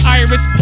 iris